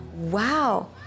wow